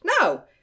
No